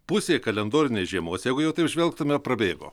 pusė kalendorinės žiemos jeigu jau taip žvelgtume prabėgo